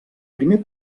primer